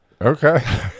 Okay